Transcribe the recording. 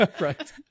Right